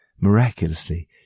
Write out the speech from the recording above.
Miraculously